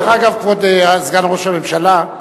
דרך אגב, כבוד סגן ראש הממשלה,